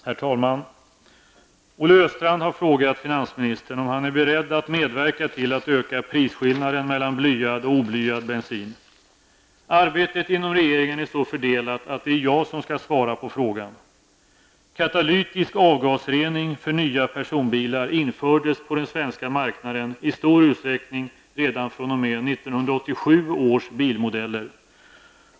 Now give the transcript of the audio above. Herr talman! Olle Östrand har frågat finansministern om han är beredd att medverka till att öka prisskillnaden mellan blyad och oblyad bensin. Arbetet inom regeringen är så fördelat att det är jag som skall svara på frågan. Katalytisk avgasrening för nya personbilar infördes på den svenska marknaden i stor utsträckning redan fr.o.m. 1987 års bilmodeller.